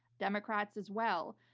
democrats as well.